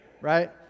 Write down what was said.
Right